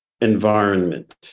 environment